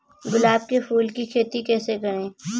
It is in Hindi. गुलाब के फूल की खेती कैसे करें?